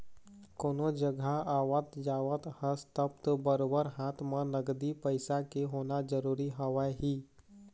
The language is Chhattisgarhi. कोनो जघा आवत जावत हस तब तो बरोबर हाथ म नगदी पइसा के होना जरुरी हवय ही